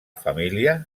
família